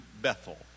Bethel